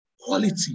Quality